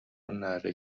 ﺷﯿﺮﺍﻥ